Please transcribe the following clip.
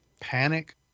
panic